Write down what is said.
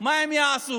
מה הם יעשו.